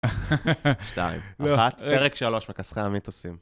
שתיים, אחת, פרק שלוש מכסחי המיתוסים.